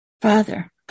Father